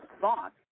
thought